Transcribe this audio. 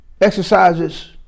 exercises